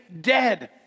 dead